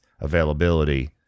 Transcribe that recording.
availability